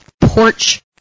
porch